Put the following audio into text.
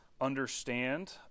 understand